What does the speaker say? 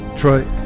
Troy